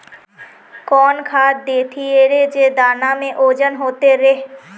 कौन खाद देथियेरे जे दाना में ओजन होते रेह?